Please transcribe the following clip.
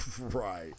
Right